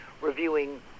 reviewing